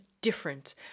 different